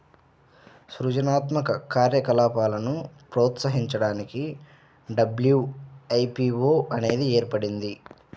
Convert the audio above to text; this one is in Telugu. సృజనాత్మక కార్యకలాపాలను ప్రోత్సహించడానికి డబ్ల్యూ.ఐ.పీ.వో అనేది ఏర్పడింది